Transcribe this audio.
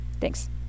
thanks